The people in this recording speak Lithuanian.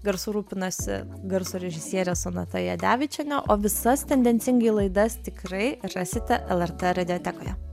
garsu rūpinosi garso režisierė sonata jadevičienė o visas tendencingai laidas tikrai rasite lrt radiotekoje